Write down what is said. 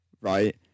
right